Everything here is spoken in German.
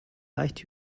leicht